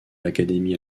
l’académie